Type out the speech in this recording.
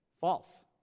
False